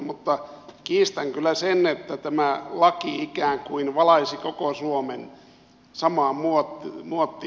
mutta kiistän kyllä sen että tämä laki ikään kuin valaisi koko suomen samaan muottiin